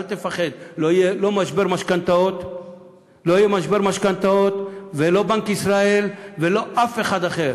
אל תפחד: לא יהיה משבר משכנתאות ולא בנק ישראל ולא אף אחד אחר.